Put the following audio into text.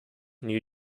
new